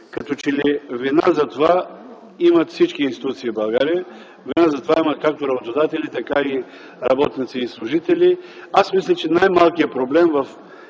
Като че ли вина затова имат всички институции в България. Вина за това имат както работодателя, така и работници и служители. Аз мисля, че най-малкият проблем в